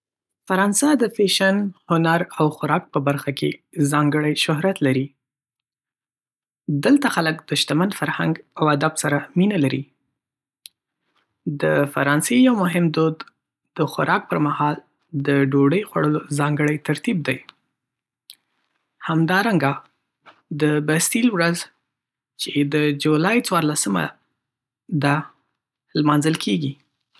فرانسه د فیشن، هنر او خوراک په برخه کې ځانګړی شهرت لري. دلته خلک د شتمن فرهنګ او ادب سره مینه لري. د فرانسې یو مهم دود د خوراک پر مهال د ډوډۍ خوړلو ځانګړی ترتیب دی. همدارنګه، د "بستیل ورځ" چې د جولای ۱۴مه ده، لمانځل کېږي.